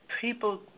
people